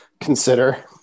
consider